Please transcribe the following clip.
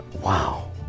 wow